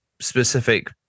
specific